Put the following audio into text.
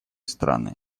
страны